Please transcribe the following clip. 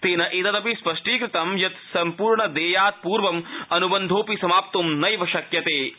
तेन त्विदिप स्पष्टीकतं यत् सम्पूर्ण देयात् पूर्व अन्बन्धोऽपि समाप्त नैव शक्यते इति